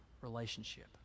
relationship